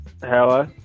Hello